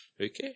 Okay